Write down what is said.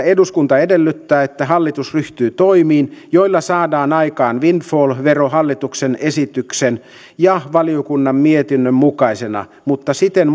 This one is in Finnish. eduskunta edellyttää että hallitus ryhtyy toimiin joilla saadaan aikaan windfall vero hallituksen esityksen ja valiokunnan mietinnön mukaisena mutta siten